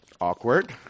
Awkward